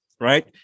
right